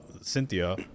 Cynthia